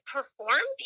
perform